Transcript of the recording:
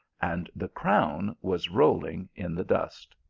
and the crown was rolling in the dust.